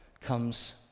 comes